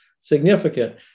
significant